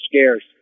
scarce